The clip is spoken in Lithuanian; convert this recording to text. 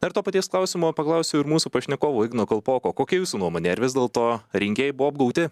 dar to paties klausimo paklausiu ir mūsų pašnekovo igno kalpoko kokia jūsų nuomonė ar vis dėlto rinkėjai buvo apgauti